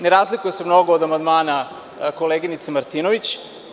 Ne razlikuje se mnogo od amandmana koleginice Martinović.